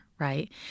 right